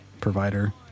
provider